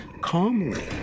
Calmly